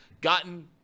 gotten